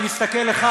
אני מסתכל לך,